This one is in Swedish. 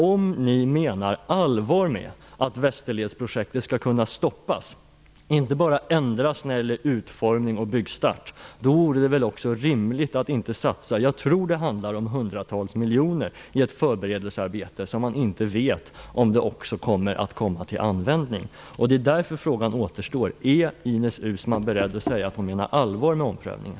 Om ni menar allvar med att Västerledsprojektet skall kunna stoppas, inte bara ändras när det gäller utformning och byggstart, vore det väl också rimligt att inte satsa hundratals miljoner - jag tror att det handlar om den summan - i ett förberedelsearbete där man inte vet om det kommer att komma till användning? Det är därför frågan återstår: Är Ines Uusmann beredd att säga att hon menar allvar med omprövningen?